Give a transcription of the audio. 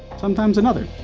sometimes another,